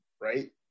right